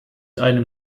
einem